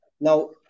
Now